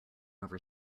over